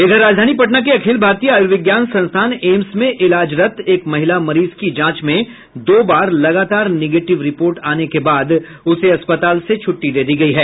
इधर राजधानी पटना के अखिल भारतीय आयुर्विज्ञान संस्थान एम्स में इलाजरत एक महिला मरीज की जांच में दो बार लगातार निगेटिव रिपोर्ट आने के बाद उसे अस्पताल से छुट्टी दे दी गई है